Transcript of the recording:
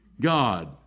God